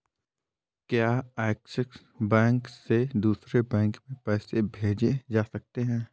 क्या Axis bank से दूसरे बैंक में पैसे भेजे जा सकता हैं?